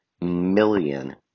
million